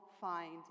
find